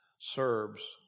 Serbs